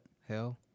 Hell